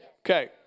Okay